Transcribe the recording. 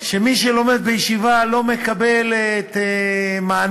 שמי שלומד בישיבה לא מקבל מענק,